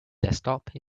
desktop